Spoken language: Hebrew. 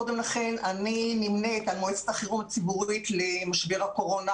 קודם כול אני נמנית על מועצת החירום הציבורית למשבר הקורונה.